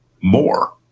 more